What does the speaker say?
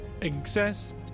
exist